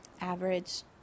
average